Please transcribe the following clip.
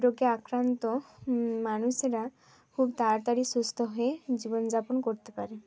রোগে আক্রান্ত মানুষেরা খুব তাতাড়ি সুস্থ হয়ে জীবনযাপন করতে পারে